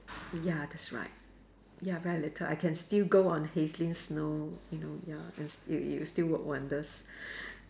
ya that's right ya very little I can still go on hazeline snow you know ya and it it'll still work wonders